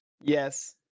yes